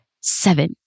seven